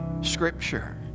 scripture